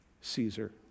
caesar